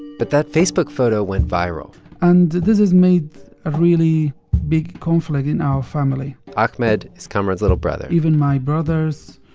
but that facebook photo went viral and this has made a really big conflict in our family ahmed is kamaran's little brother even my brothers,